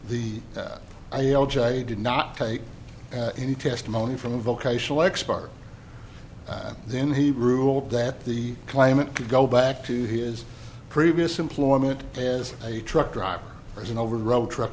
the that i did not take any testimony from a vocational expert and then he ruled that the claimant could go back to his previous employment as a truck driver as an over the road truck